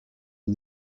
and